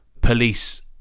police